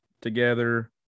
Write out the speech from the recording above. together